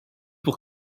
pour